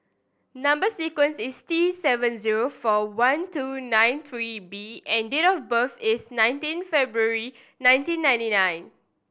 number sequence is T seven zero four one two nine three B and date of birth is nineteen February nineteen ninety nine